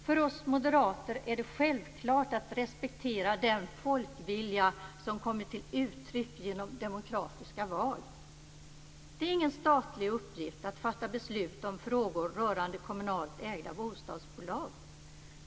För oss moderater är det självklart att respektera den folkvilja som kommer till uttryck genom demokratiska val. Det är ingen statlig uppgift att fatta beslut om frågor rörande kommunalt ägda bostadsbolag.